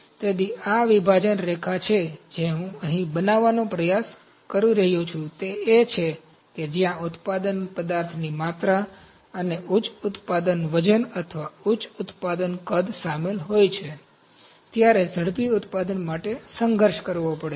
તેથી આ વિભાજન રેખા છે જે હું અહીં બનાવવાનો પ્રયાસ કરી રહ્યો છું તે એ છે કે જ્યાં ઉચ્ચ પદાર્થની માત્રા અને ઉચ્ચ ઉત્પાદન વજન અથવા ઉચ્ચ ઉત્પાદન કદ સામેલ હોય છે ત્યારે ઝડપી ઉત્પાદન માટે સંઘર્ષ કરવો પડે છે